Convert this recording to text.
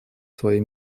свои